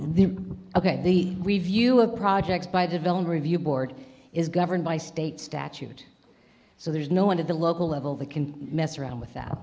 sense ok the review of projects by developer review board is governed by state statute so there's no one at the local level that can mess around with that